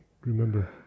remember